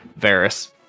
Varys